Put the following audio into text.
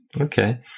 okay